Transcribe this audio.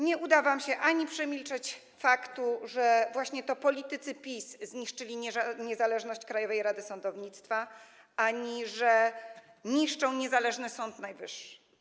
Nie uda wam się przemilczeć ani faktu, że właśnie to politycy PiS zniszczyli niezależność Krajowej Rady Sądownictwa, ani faktu, że niszczą niezależny Sąd Najwyższy.